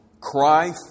cry